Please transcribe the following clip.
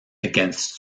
against